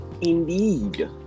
Indeed